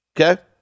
Okay